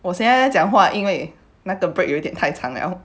我现在讲话因为那个 break 有点太了